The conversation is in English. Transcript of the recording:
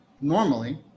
normally